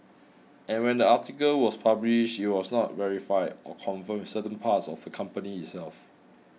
and when the article was published it was not verified or confirmed with certain parts of the company itself